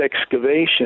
excavation